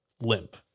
Limp